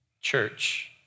Church